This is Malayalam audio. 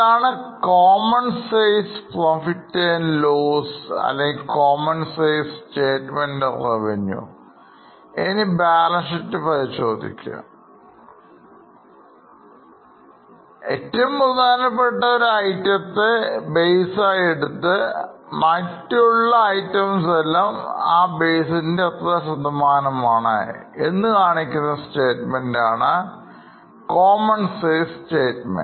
ഇതാണ് common size P and L അല്ലെങ്കിൽ common size statement of revenue